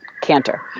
Canter